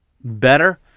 better